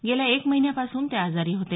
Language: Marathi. गेल्या एक महिन्यापासून ते आजारी होते